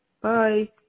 Bye